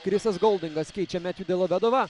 krisas goldingas keičia metju delovedovą